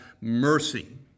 mercy